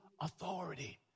authority